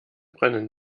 brennen